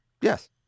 Yes